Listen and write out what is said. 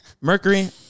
Mercury